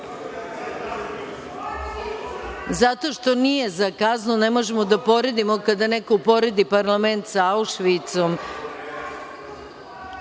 što nije za kaznu, ne možemo da poredimo kada neko uporedi parlament sa Aušvicom